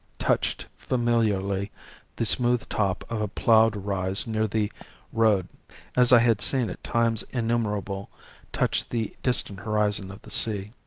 touched familiarly the smooth top of a ploughed rise near the road as i had seen it times innumerable touch the distant horizon of the sea.